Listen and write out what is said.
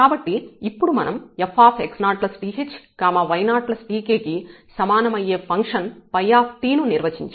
కాబట్టి ఇప్పుడు మనం fx0th y0tk కి సమానమయ్యే ఫంక్షన్ 𝜙 ను నిర్వచించాము